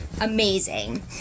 amazing